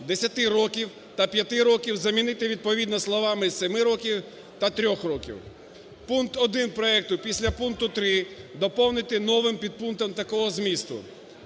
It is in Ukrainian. років" та "п'яти років" замінити відповідно словами "семи років" та "трьох років". Пункт 1 проекту після пункту 3 доповнити новим підпунктом такого змісту: